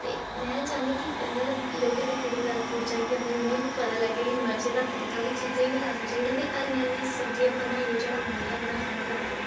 ते में चाह्न्नी की मतलब की लोगें तक्कर एह गल्ल पुज्जे की आं भई उ'नें बी पता लग्गे की मर्च दा तड़का बी चीज़ें ई लाना चाहिदा ते हरियां हरियां सब्जियां बनाइयै जेह्ड़ा मज़ा औंदा खाने दा अह हा हा